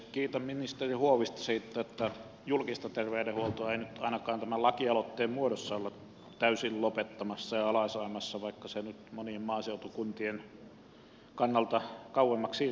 kiitän ministeri huovista siitä että julkista terveydenhuoltoa ei nyt ainakaan tämän lakiesityksen muodossa olla täysin lopettamassa ja alas ajamassa vaikka se saavutettavuus nyt monien maaseutukuntien kannalta kauemmaksi siirtyykin